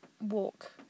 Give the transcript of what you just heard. walk